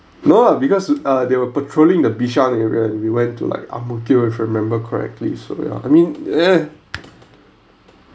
no ah because uh they were patrolling the bishan area and we went to like ang-mo-kio if I remember correctly so ya I mean eh